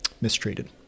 mistreated